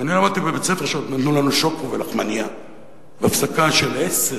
ואני למדתי בבית-ספר כשעוד נתנו לנו שוקו ולחמנייה בהפסקה של 10:00,